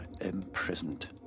imprisoned